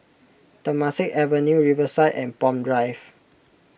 Temasek Avenue Riverside and Palm Drive